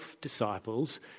disciples